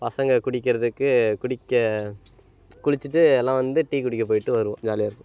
பசங்கள் குடிக்கிறதுக்கு குடிக்க குளிச்சுட்டு எல்லாம் வந்து டீ குடிக்க போய்விட்டு வருவோம் ஜாலியாக இருக்கும்